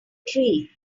tree